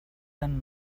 then